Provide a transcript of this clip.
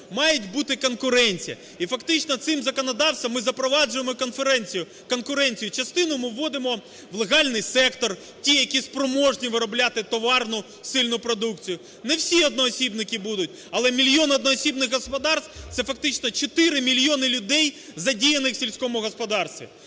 Має бути конкуренція. І фактично цим законодавством ми запроваджуємо конкуренцію, частину ми вводимо в легальний сектор, ті, які спроможні виробляти товарну сильну продукцію. Не всі одноосібники будуть, але мільйон одноосібних господарств – це фактично чотири мільйони людей, задіяних в сільському господарстві.